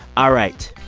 all right.